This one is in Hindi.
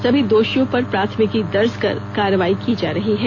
सभी दोषियों पर प्राथमिकी दर्ज कर कार्रवाई की जा रही है